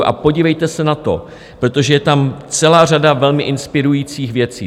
A podívejte se na to, protože je tam celá řada velmi inspirujících věcí.